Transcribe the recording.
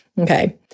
Okay